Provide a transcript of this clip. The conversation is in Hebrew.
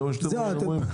זה מה שאתם אומרים?